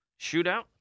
Shootout